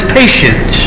patient